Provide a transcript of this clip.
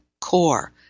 core